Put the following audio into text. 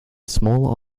smaller